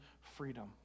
freedom